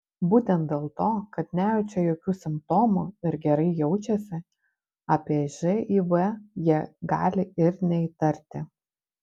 būtent dėl to kad nejaučia jokių simptomų ir gerai jaučiasi apie živ jie gali ir neįtarti